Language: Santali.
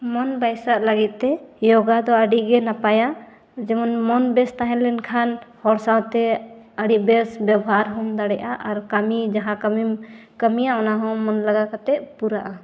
ᱢᱚᱱ ᱵᱟᱭᱥᱟᱜ ᱞᱟᱹᱜᱤᱫᱼᱛᱮ ᱡᱳᱜᱟ ᱫᱚ ᱟᱹᱰᱤᱜᱮ ᱱᱟᱯᱟᱭᱟ ᱡᱮᱢᱚᱱ ᱢᱚᱱ ᱵᱮᱥ ᱛᱟᱦᱮᱸ ᱞᱮᱱᱠᱷᱟᱱ ᱦᱚᱲ ᱥᱟᱶᱛᱮ ᱟᱹᱰᱤ ᱵᱮᱥ ᱵᱮᱵᱚᱦᱟᱨ ᱦᱚᱸᱢ ᱫᱟᱲᱮᱭᱟᱜᱼᱟ ᱟᱨ ᱠᱟᱹᱢᱤ ᱡᱟᱦᱟᱸ ᱠᱟᱹᱢᱤᱢ ᱠᱟᱹᱢᱤᱭᱟ ᱚᱱᱟᱦᱚᱸ ᱢᱚᱱ ᱞᱟᱜᱟᱣ ᱠᱟᱛᱮ ᱯᱩᱨᱟᱹᱜᱼᱟ